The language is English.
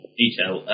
detail